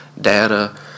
data